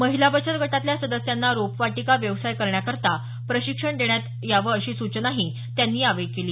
महिला बचत गटातल्या सदस्यांना रोपवाटिका व्यवसाय करण्याकरता प्रशिक्षण देण्यात यावं अशी सूचनाही त्यांनी यावेळी केली